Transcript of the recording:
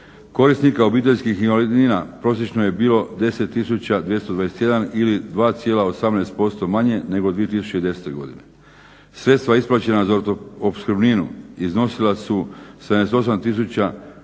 Korisnika obiteljskih invalidnina prosječno je bilo 10221 ili 2,18% manje nego u 2010. godini. Sredstva isplaćena za opskrbninu iznosila su 78